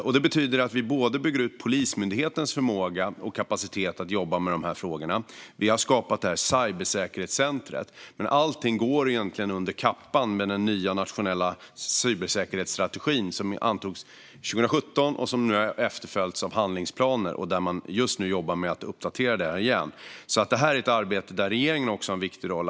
Därför bygger vi ut Polismyndighetens förmåga och kapacitet att jobba med dessa frågor och har även skapat cybersäkerhetscentret. Men allt omfattas egentligen av den nya nationella cybersäkerhetsstrategin, som ju antogs 2017 och nu har följts av handlingsplaner. Man jobbar just nu med att uppdatera detta igen. Det här är alltså ett arbete där även regeringen har en viktig roll.